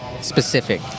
specific